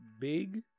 big